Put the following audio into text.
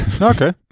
okay